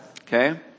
Okay